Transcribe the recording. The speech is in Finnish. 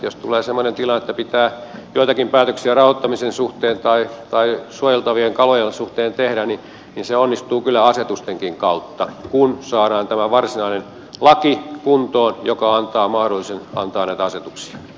jos tulee semmoinen tilanne että pitää joitakin päätöksiä rauhoittamisen suhteen tai suojeltavien kalojen suhteen tehdä niin se onnistuu kyllä asetustenkin kautta kun saadaan kuntoon tämä varsinainen laki joka antaa mahdollisuuden antaa näitä asetuksia